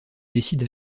décide